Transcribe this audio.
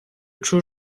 чого